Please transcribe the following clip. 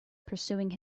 pursuing